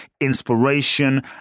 inspiration